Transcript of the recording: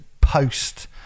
post